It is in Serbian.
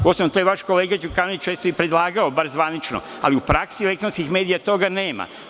Uostalom to je vaš kolega Đukanović često i predlagao, bar zvanično, ali u praksi elektronskih medija toga nema.